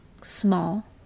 small